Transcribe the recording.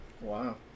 Wow